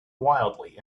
wildly